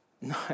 No